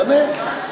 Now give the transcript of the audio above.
תענה.